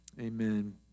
Amen